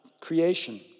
creation